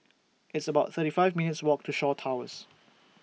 It's about thirty five minutes' Walk to Shaw Towers